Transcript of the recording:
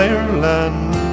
Ireland